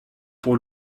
pour